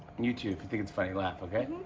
and you, too. if you think it's funny, laugh, okay?